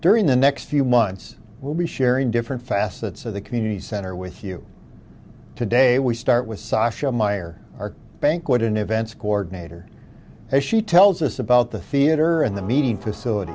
during the next few months we'll be sharing different facets of the community center with you today we start with sasha meyer our banquet in events coordinator as she tells us about the theater and the meeting facilit